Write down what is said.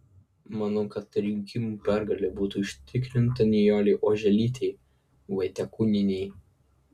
manau kad rinkimų pergalė būtų užtikrinta nijolei oželytei vaitiekūnienei